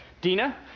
Dina